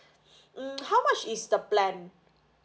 hmm how much is the plan